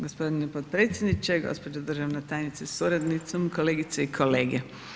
Gospodine potpredsjedniče, gospođo državna tajnice sa suradnicom, kolegice i kolege.